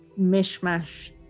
mishmash